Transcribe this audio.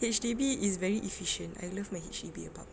H_D_B is very efficient I love my H_D_B apartment